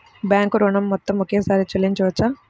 Bank ఋణం మొత్తము ఒకేసారి చెల్లించవచ్చా?